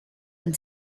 and